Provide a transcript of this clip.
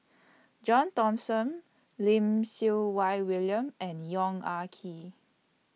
John Thomson Lim Siew Wai William and Yong Ah Kee